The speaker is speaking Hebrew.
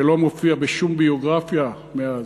שלא מופיע בשום ביוגרפיה מאז,